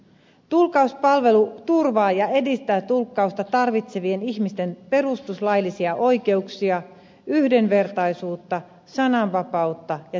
tulkkauspalvelu turvaa ja edistää tulkkausta tarvitsevien ihmisten perustuslaillisia oikeuksia yhdenvertaisuutta sananvapautta ja tiedonsaantia